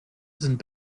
sind